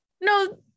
no